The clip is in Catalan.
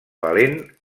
valent